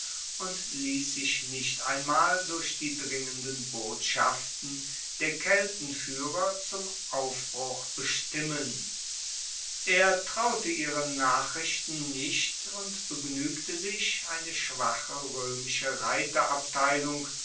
und liess sich nicht einmal durch die dringenden botschaften der keltenfuehrer zum aufbruch bestimmen er traute ihren nachrichten nicht und begnuegte sich eine schwache